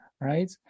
right